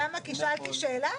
למה, כי שאלתי שאלה?